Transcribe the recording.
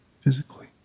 physically